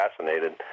fascinated